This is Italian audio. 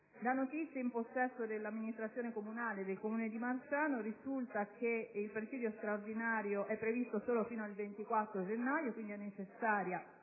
le notizie in possesso dell'amministrazione comunale di Marsciano risulta che il presidio straordinario è previsto solo fino al 24 gennaio. È quindi necessaria